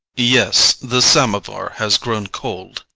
yes, the samovar has grown cold.